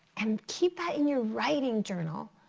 and keep that in your writing journal.